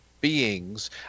beings